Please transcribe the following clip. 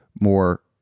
more